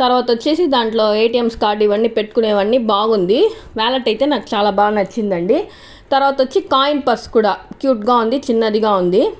తర్వాత వచ్చేసి దాంట్లో ఎటిఎంస్ కార్డు ఇవన్నీ పెట్టుకునేవన్నీ బాగుంది వ్యాలెట్ అయితే నాకు చాలా బాగా నచ్చిందండి తర్వాత వచ్చి కాయిన్ పర్సు కూడా క్యూట్ గా ఉంది చిన్నదిగా ఉంది